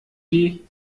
wie